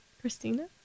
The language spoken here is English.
Christina